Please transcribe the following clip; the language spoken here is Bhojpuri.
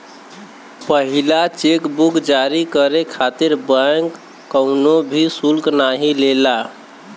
पहिला चेक बुक जारी करे खातिर बैंक कउनो भी शुल्क नाहीं लेला